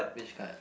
which card